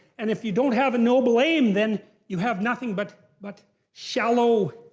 and if you don't have a noble aim, then you have nothing but but shallow,